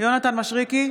יונתן מישרקי,